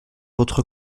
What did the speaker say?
votre